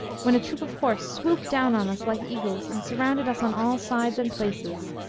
when a troop of horse swooped down on us like eagles and surrounded us on all sides and places,